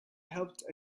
helped